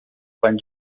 panys